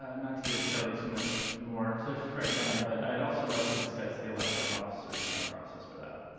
ah not to give kelly too much more to write down but i'd also like to discuss the election of officers and our process for that.